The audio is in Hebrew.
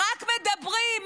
רק מדברים,